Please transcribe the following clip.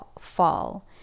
fall